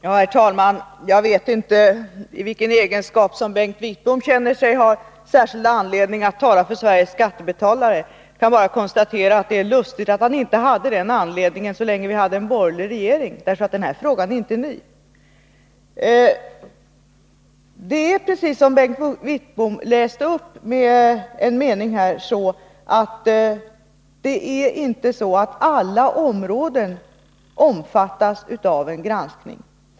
Herr talman! Jag vet inte i vilken egenskap Bengt Wittbom känner sig ha särskild anledning att tala för Sveriges skattebetalare. Jag kan bara konstatera att det är lustigt att han inte hade anledning att göra det så länge vi hade en borgerlig regering. Den här frågan är inte ny. Det förhåller sig precis så som Bengt Wittbom läste upp i en mening. Det är inte alla områden som omfattas av granskningen.